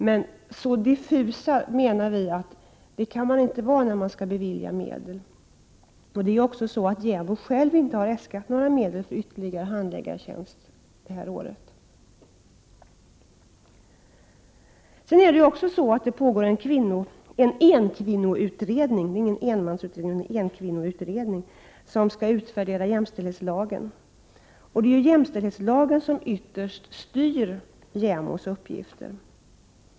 Men så diffus anser vi att man inte kan vara när man skall bevilja medel. JämO själv har inte äskat ytterligare medel det här året för en handläggartjänst. Nu pågår en enkvinnoutredning — inte en enmansutredning — som skall utvärdera jämställdhetslagen. Det är jämställdhetslagen som ytterst styr JämO:s uppgifter.